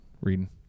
reading